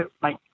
Bye